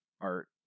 art